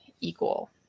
equal